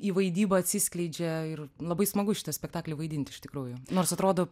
į vaidybą atsiskleidžia ir labai smagu šitą spektaklį vaidinti iš tikrųjų nors atrodo